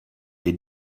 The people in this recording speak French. est